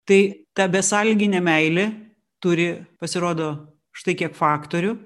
tai ta besąlyginė meilė turi pasirodo štai kiek faktorių